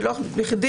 לא בכדי